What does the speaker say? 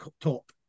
top